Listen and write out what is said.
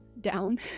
down